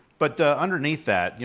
but underneath that, you